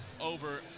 over